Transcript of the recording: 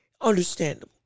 Understandable